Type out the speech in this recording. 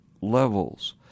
levels